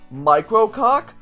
microcock